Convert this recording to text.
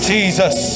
Jesus